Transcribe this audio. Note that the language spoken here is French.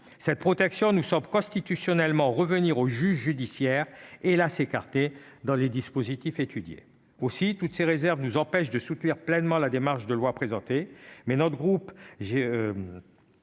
cette protection, nous sommes constitutionnellement revenir au juge judiciaire hélas écarter dans les dispositifs étudier aussi toutes ses réserves nous empêche de soutenir pleinement la démarche de loi présentée